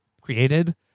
created